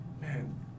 man